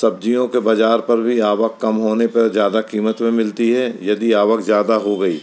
सब्ज़ियों के बज़ार पर भी आवक कम होने पर ज़्यादा कीमत में मिलती हैं यदि आवक ज़्यादा हो गई